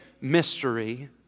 mystery